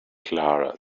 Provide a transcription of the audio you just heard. clara